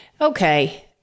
okay